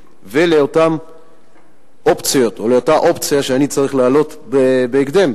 ואותן אופציות או אותה אופציה שאני צריך להעלות בהקדם